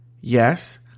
Yes